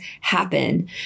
happen